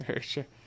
sure